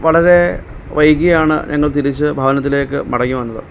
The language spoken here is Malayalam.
വളരെ വൈകിയാണ് ഞങ്ങൾ തിരിച്ച് ഭവനത്തിലേക്ക് മടങ്ങി വന്നത്